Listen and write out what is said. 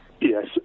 Yes